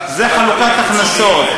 זה חלוקת הכנסות.